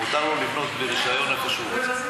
מותר לו לבנות בלי רישיון איפה שהוא רוצה?